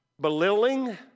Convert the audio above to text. belittling